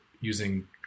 using